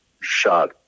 shot